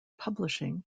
publishing